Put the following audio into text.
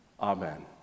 Amen